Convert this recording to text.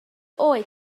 oed